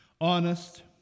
honest